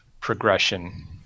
progression